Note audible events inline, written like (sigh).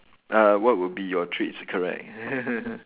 uh what would be your treats correct (laughs)